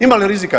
Ima li rizika?